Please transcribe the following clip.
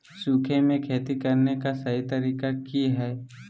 सूखे में खेती करने का सही तरीका की हैय?